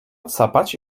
odsapać